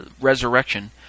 resurrection